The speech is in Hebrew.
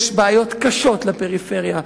יש בעיות קשות לפריפריה,